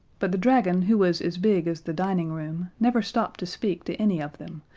but the dragon who was as big as the dining room never stopped to speak to any of them,